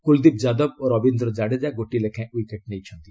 କୁଲ୍ଦୀପ୍ ଯାଦବ ଓ ରବୀନ୍ଦ୍ର ଜାଡେଜା ଗୋଟିଏ ଲେଖାଏଁ ୱିକେଟ୍ ନେଇଛନ୍ତି